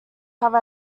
have